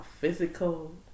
physical